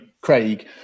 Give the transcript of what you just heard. Craig